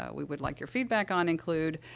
ah we would like your feedback on include,